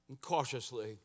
Cautiously